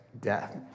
death